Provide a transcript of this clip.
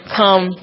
come